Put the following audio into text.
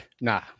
Nah